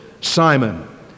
Simon